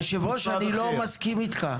היושב-ראש, אני לא מסכים איתך.